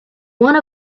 one